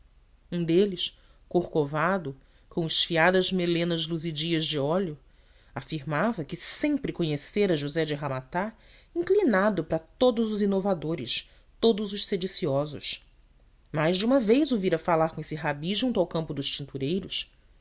um deles corcovado com esfiadas melenas luzidias de óleo afirmava que sempre conhecera josé de ramata inclinado para todos os inovadores todos os sediciosos mais de uma vez o vira falar com esse rabi junto ao campo dos tintureiros